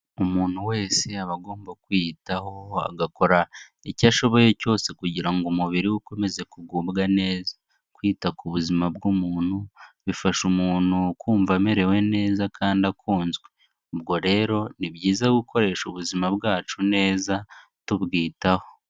Umuntu wese aba agomba kwiyitaho agakora icyo ashoboye cyose kugira ngo umubiri we ukomeze kugubwa neza. Kwita ku buzima bw'umuntu bifasha umuntu kumva amerewe neza kandi akunzwe, ubwo rero ni byiza gukoresha ubuzima bwacu neza tubwitaho.